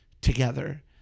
together